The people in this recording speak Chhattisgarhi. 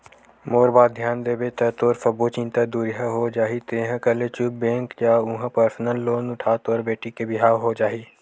मोर बात धियान देबे ता तोर सब्बो चिंता दुरिहा हो जाही तेंहा कले चुप बेंक जा उहां परसनल लोन उठा तोर बेटी के बिहाव हो जाही